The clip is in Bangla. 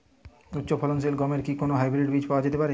উচ্চ ফলনশীল গমের কি কোন হাইব্রীড বীজ পাওয়া যেতে পারে?